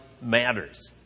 matters